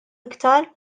iktar